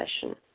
session